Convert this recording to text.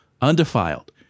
undefiled